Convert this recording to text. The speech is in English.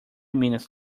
minutes